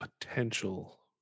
potential